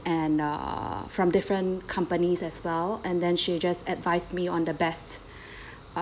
and uh from different companies as well and then she just advised me on the best uh